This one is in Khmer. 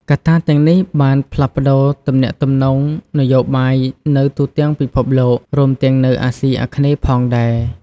កត្តាទាំងនេះបានផ្លាស់ប្តូរទំនាក់ទំនងនយោបាយនៅទូទាំងពិភពលោក រួមទាំងនៅអាស៊ីអាគ្នេយ៍ផងដែរ។